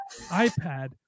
iPad